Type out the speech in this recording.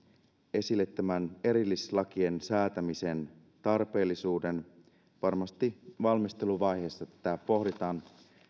esille tämän erillislakien säätämisen tarpeellisuuden varmasti valmisteluvaiheessa tätä pohditaan